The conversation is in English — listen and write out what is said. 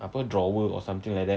apa drawer or something like that